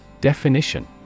Definition